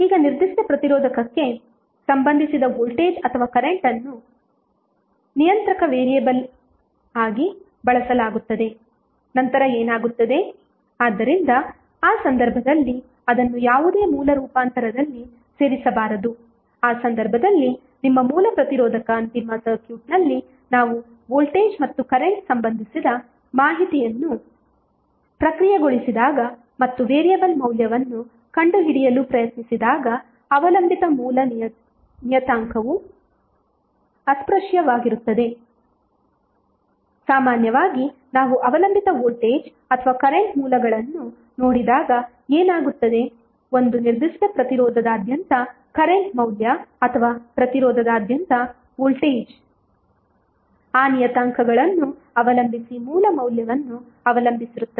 ಈಗ ನಿರ್ದಿಷ್ಟ ಪ್ರತಿರೋಧಕಕ್ಕೆ ಸಂಬಂಧಿಸಿದ ವೋಲ್ಟೇಜ್ ಅಥವಾ ಕರೆಂಟ್ ಅನ್ನು ನಿಯಂತ್ರಕ ವೇರಿಯೇಬಲ್ ಆಗಿ ಬಳಸಲಾಗುತ್ತದೆ ನಂತರ ಏನಾಗುತ್ತದೆ ಆದ್ದರಿಂದ ಆ ಸಂದರ್ಭದಲ್ಲಿ ಅದನ್ನು ಯಾವುದೇ ಮೂಲ ರೂಪಾಂತರದಲ್ಲಿ ಸೇರಿಸಬಾರದು ಆ ಸಂದರ್ಭದಲ್ಲಿ ನಿಮ್ಮ ಮೂಲ ಪ್ರತಿರೋಧಕ ಅಂತಿಮ ಸರ್ಕ್ಯೂಟ್ನಲ್ಲಿ ನಾವು ವೋಲ್ಟೇಜ್ ಮತ್ತು ಕರೆಂಟ್ ಸಂಬಂಧಿಸಿದ ಮಾಹಿತಿಯನ್ನು ಪ್ರಕ್ರಿಯೆಗೊಳಿಸಿದಾಗ ಮತ್ತು ವೇರಿಯಬಲ್ ಮೌಲ್ಯವನ್ನು ಕಂಡುಹಿಡಿಯಲು ಪ್ರಯತ್ನಿಸಿದಾಗ ಅವಲಂಬಿತ ಮೂಲ ನಿಯತಾಂಕವು ಅಸ್ಪೃಶ್ಯವಾಗಿರುತ್ತದೆ ಸಾಮಾನ್ಯವಾಗಿ ನಾವು ಅವಲಂಬಿತ ವೋಲ್ಟೇಜ್ ಅಥವಾ ಕರೆಂಟ್ ಮೂಲಗಳನ್ನು ನೋಡಿದಾಗ ಏನಾಗುತ್ತದೆ ಒಂದು ನಿರ್ದಿಷ್ಟ ಪ್ರತಿರೋಧದಾದ್ಯಂತದ ಕರೆಂಟ್ ಮೌಲ್ಯ ಅಥವಾ ಪ್ರತಿರೋಧದಾದ್ಯಂತ ವೋಲ್ಟೇಜ್ ಆ ನಿಯತಾಂಕಗಳನ್ನು ಅವಲಂಬಿಸಿ ಮೂಲ ಮೌಲ್ಯವನ್ನು ಅವಲಂಬಿಸಿರುತ್ತದೆ